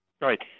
Right